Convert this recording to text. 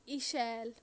اِشیل